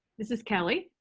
this is kelli.